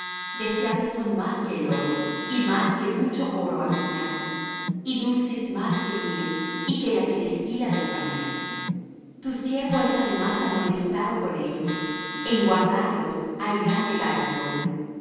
deseables son más que el oro y más que mucho oro afinado y dulces más que miel y que la que destila del panal tu siervo es además amonestado con ellos en guardarlos hay grande galardón